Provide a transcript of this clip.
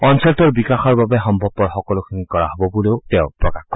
অঞ্চলটোৰ বিকাশৰ বাবে সম্ভৱপৰ সকলোখিনি কৰা হ'ব বুলিও তেওঁ প্ৰকাশ কৰে